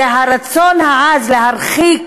הרצון העז להרחיק